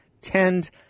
tend